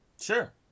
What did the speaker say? Sure